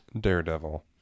Daredevil